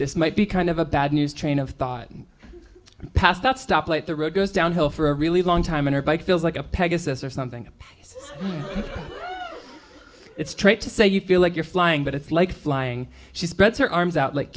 this might be kind of a bad news train of thought past that stoplight the road goes downhill for a really long time and her bike feels like a pegasus or something so it's straight to say you feel like you're flying but it's like flying she spreads her arms out like